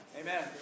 Amen